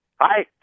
Hi